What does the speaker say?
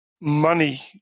money